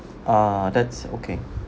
ah that's okay